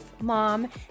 mom